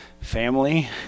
family